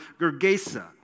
Gergesa